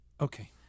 Okay